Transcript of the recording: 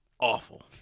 Awful